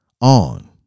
on